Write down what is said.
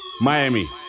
Miami